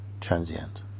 transient